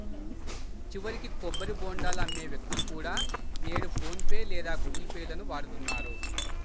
చివరికి కొబ్బరి బోండాలు అమ్మే వ్యక్తులు కూడా నేడు ఫోన్ పే లేదా గుగుల్ పే లను వాడుతున్నారు